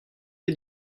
les